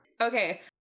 Okay